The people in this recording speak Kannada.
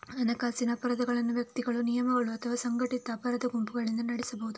ಹಣಕಾಸಿನ ಅಪರಾಧಗಳನ್ನು ವ್ಯಕ್ತಿಗಳು, ನಿಗಮಗಳು ಅಥವಾ ಸಂಘಟಿತ ಅಪರಾಧ ಗುಂಪುಗಳಿಂದ ನಡೆಸಬಹುದು